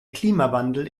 klimawandel